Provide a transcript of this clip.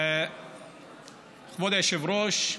כבוד היושב-ראש,